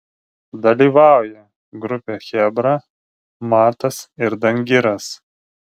dalyvauja grupė chebra matas ir dangiras